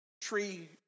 Tree